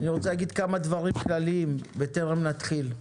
אני רוצה להגיד כמה דברים כלליים בטרם נתחיל: